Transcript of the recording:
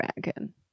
dragon